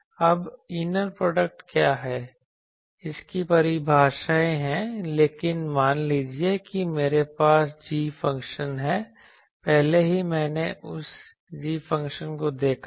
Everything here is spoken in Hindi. अब इनर प्रोडक्ट क्या है इसकी परिभाषाएँ हैं लेकिन मान लीजिए कि मेरे पास g फ़ंक्शन है पहले ही मैंने उस g फ़ंक्शन को देखा है